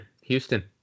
Houston